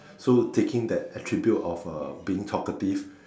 so taking that attribute of uh being talkative